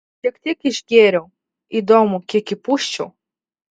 šiek tiek išgėriau įdomu kiek įpūsčiau